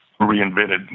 reinvented